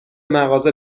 مغازه